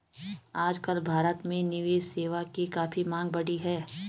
आजकल भारत में निवेश सेवा की काफी मांग बढ़ी है